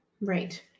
Right